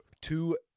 two